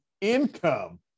income